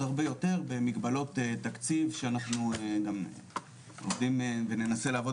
הרבה יותר במגבלות התקציב שאנחנו גם עובדים וננסה לעבוד